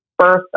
first